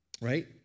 right